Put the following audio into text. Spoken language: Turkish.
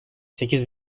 sekiz